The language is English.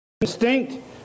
instinct